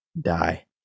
die